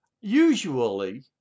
Usually